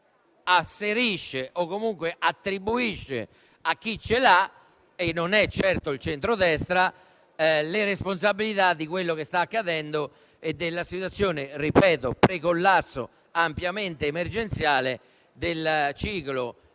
asserisce o comunque attribuisce a chi ce l'ha - e non è certo il centrodestra - le responsabilità di quello che sta accadendo e della situazione precollasso ampiamente emergenziale del ciclo